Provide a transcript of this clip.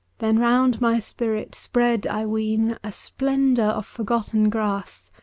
then round my spirit spread, i ween, a splendour of forgotten grass.